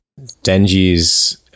Denji's